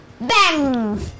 bang